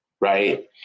right